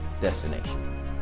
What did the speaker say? destination